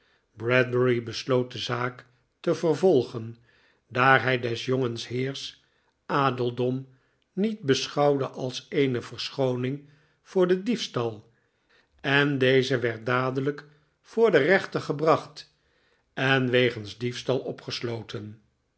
bradbury besloot de zaak te vervolgen daar hij desjongens heersadeldom niet beschouwde als eene verschooning voor den diefstal en deze werd dadelijk voor den reenter gebracht en wegens diefstal opgesloten